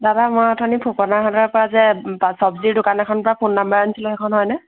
দাদা মই অথনি ফুকনৰ হাতৰ পৰা যে চব্জিৰ দোকান এখনৰ পৰা ফোন নম্বৰ আনিছিলোঁ সেইখন হয় নে